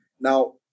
Now